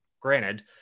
granted